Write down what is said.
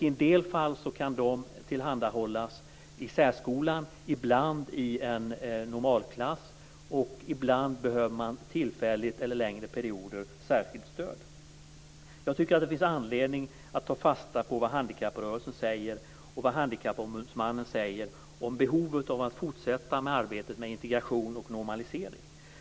I en del fall kan dessa tillhandahållas i särskolan och ibland i en normalklass. Ibland behöver man tillfälligt eller under längre perioder särskilt stöd. Jag tycker att det finns anledning att ta fasta på vad handikapprörelsen och Handikappombudsmannen säger om behovet av att fortsätta med arbetet med integration och normalisering.